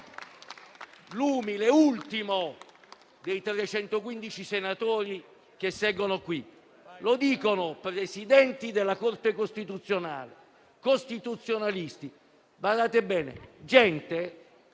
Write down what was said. l'umile ultimo dei 315 senatori che seggono qui. Lo dicono Presidenti della Corte costituzionale, costituzionalisti, persone - badate